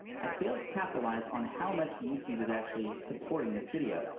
i failed to capitalize on how much youtube was actually supporting this video.